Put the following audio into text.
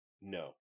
No